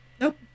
nope